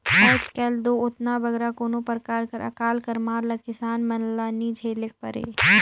आएज काएल दो ओतना बगरा कोनो परकार कर अकाल कर मार ल किसान मन ल नी झेलेक परे